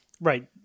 Right